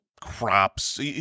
crops